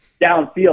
downfield